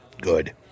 Good